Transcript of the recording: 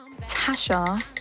Tasha